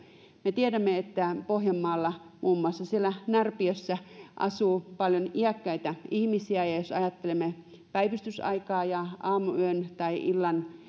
me tiedämme että pohjanmaalla muun muassa siellä närpiössä asuu paljon iäkkäitä ihmisiä ja jos ajattelemme päivystysaikaa ja aamuyön tai illan tai